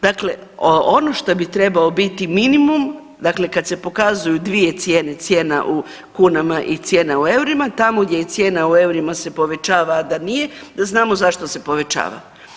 Dakle, ono što bi trebao biti minimum dakle kad se pokazuju dvije cijene, cijena u kunama i cijena u eurima, tamo gdje je cijena u eurima se povećava a da nije, da znamo zašto se povećava.